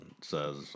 says